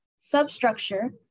substructure